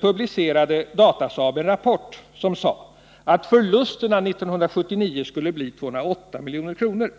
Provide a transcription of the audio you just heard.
publicerade Datasaab en rapport, som sade att förlusterna för 1979 skulle bli 208 milj.kr.